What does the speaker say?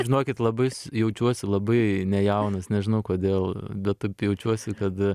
žinokit labai s jaučiuosi labai nejaunas nežinau kodėl bet taip jaučiuosi kad